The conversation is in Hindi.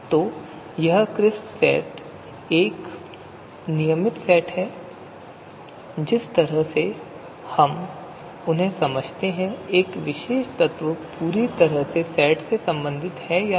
तो कुरकुरा सेट एक नियमित सेट है जिस तरह से हम उन्हें समझते हैं कि एक विशेष तत्व पूरी तरह से सेट से संबंधित है या नहीं